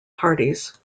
parties